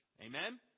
Amen